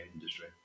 industry